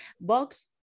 box